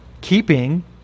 keeping